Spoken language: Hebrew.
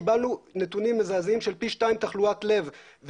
קיבלנו נתונים מזעזעים של פי שתיים תחלואת לב,